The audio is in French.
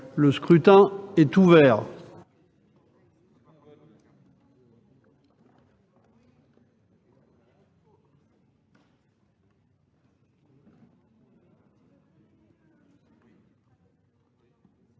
Le scrutin est ouvert.